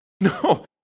No